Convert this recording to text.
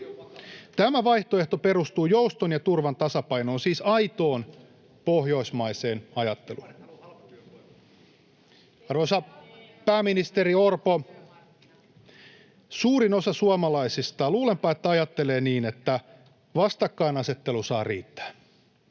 Tämä vaihtoehto perustuu jouston ja turvan tasapainoon, siis aitoon pohjoismaiseen ajatteluun. [Jani Mäkelä: Demarit haluaa halpatyövoimaa!] Arvoisa pääministeri Orpo, suurin osa suomalaisista, luulenpa, ajattelee niin, että vastakkainasettelu saa riittää.